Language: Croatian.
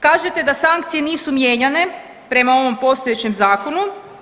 Kažete da sankcije nisu mijenjane prema ovom postojećem zakonu.